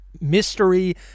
mystery